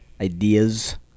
ideas